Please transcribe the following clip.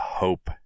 hope